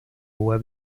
web